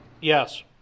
Yes